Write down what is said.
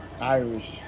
Irish